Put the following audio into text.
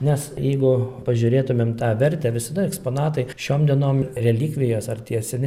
nes jeigu pažiūrėtumėm tą vertę visada eksponatai šiom dienom relikvijos ar tie seni